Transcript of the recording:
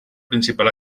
principal